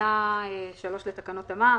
תקנה 3 לתקנות המע"מ,